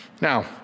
Now